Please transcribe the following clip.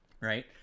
Right